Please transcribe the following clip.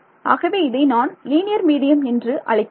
ஆகவே இதை நான் லீனியர் மீடியம் என்று அழைக்கிறோம்